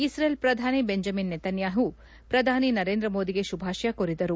ಇರ್ರೇಲ್ ಪ್ರಧಾನಿ Benjamin Netanyahu ಪ್ರಧಾನಿ ನರೇಂದ್ರ ಮೋದಿಗೆ ಶುಭಾಶಯ ಕೋರಿದರು